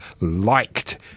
liked